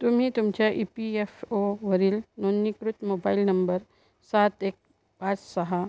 तुम्ही तुमच्या E P F ओवरील नोंदणीकृत मोबाईल नंबर सात एक पाच सहा